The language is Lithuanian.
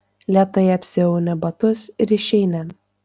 lėtai apsiauni batus ir išeini